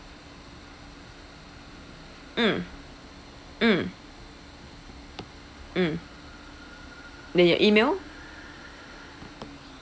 mm mm mm and your E-mail